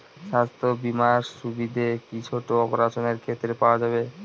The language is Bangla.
স্বাস্থ্য বীমার সুবিধে কি ছোট অপারেশনের ক্ষেত্রে পাওয়া যাবে?